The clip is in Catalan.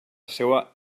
seva